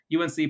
UNC